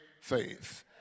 faith